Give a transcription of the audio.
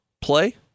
play